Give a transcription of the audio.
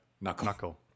Knuckle